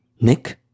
Nick